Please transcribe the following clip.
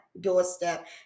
doorstep